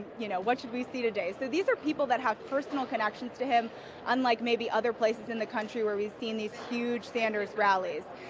you know what should we see today. so these are people that have personal connections to him unlike may be other places in the country where we have seen these huge sanders rallies.